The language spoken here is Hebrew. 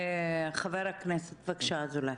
חבר הכנסת, בבקשה, ינון אזולאי.